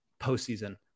postseason